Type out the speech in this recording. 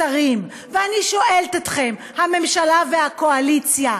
השרים, ואני שואלת אתכן, הממשלה והקואליציה,